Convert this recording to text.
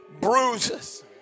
bruises